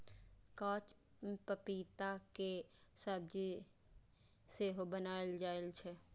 कांच पपीता के सब्जी सेहो बनाएल जाइ छै